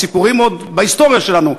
בהיסטוריה שלנו,